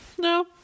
No